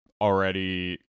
already